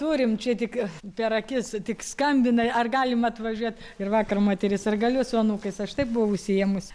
turim čia tik per akis tik skambina ar galima atvažiuot ir vakar moteris ar galiu su anūkais aš taip buvau užsiėmus